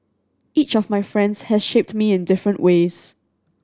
each of my friends has shaped me in different ways